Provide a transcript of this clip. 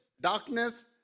darkness